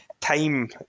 time